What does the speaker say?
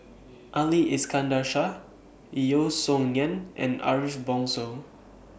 Ali Iskandar Shah Yeo Song Nian and Ariff Bongso